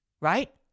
Right